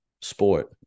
sport